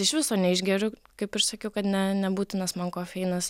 iš viso neišgeriu kaip ir sakiau kad ne nebūtinas man kofeinas